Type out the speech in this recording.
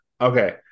Okay